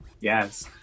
Yes